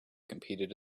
competed